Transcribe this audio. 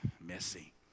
messy